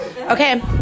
Okay